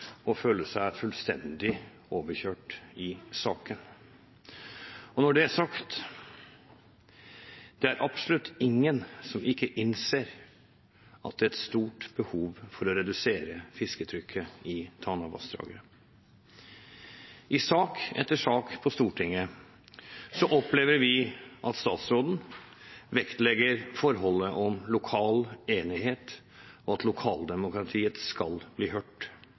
sagt: Det er absolutt ingen som ikke innser at det er et stort behov for å redusere fisketrykket i Tanavassdraget. I sak etter sak på Stortinget opplever vi at statsråden vektlegger hensynet til lokal enighet, og at lokaldemokratiet skal bli hørt